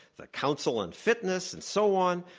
the council on fitness and so on.